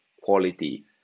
quality